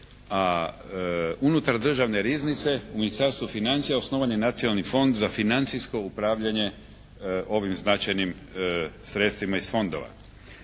a unutar Državne riznice u Ministarstvu financija osnovan je Nacionalni fond za financijsko upravljanje ovim značajnim sredstvima iz fondova.